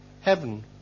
heaven